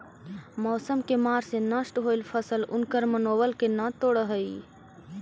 मौसम के मार से नष्ट होयल फसल उनकर मनोबल के न तोड़ हई